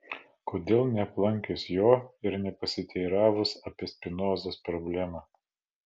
kodėl neaplankius jo ir nepasiteiravus apie spinozos problemą